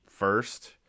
First